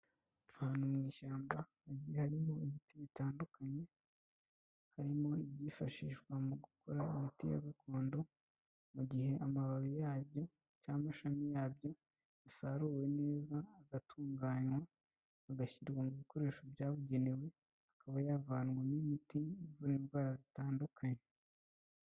Ahantu mu ishyamba, harimo ibiti bitandukanye, harimo ibyifashishwa mu gukora imiti ya gakondo, mu gihe amababi yabyo cyangwa amashami yabyo asaruwe neza agatunganywa, agashyirwa mu bikoresho byabugenewe, akaba yavanwa mo imiti ivura indwara zitandukanye.